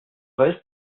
reste